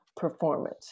Performance